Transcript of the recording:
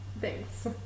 Thanks